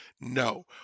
no